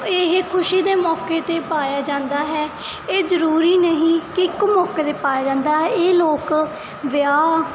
ਇਹ ਖੁਸ਼ੀ ਦੇ ਮੌਕੇ 'ਤੇ ਪਾਇਆ ਜਾਂਦਾ ਹੈ ਇਹ ਜ਼ਰੂਰੀ ਨਹੀਂ ਕਿ ਇੱਕ ਮੌਕੇ 'ਤੇ ਪਾਇਆ ਜਾਂਦਾ ਇਹ ਲੋਕ ਵਿਆਹ